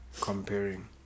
Comparing